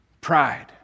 Pride